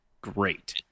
Great